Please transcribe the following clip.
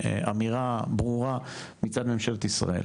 אמירה ברורה, מצד ממשלת ישראל.